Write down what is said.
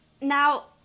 Now